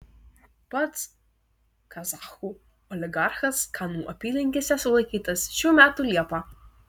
pats kazachų oligarchas kanų apylinkėse sulaikytas šių metų liepą